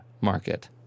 market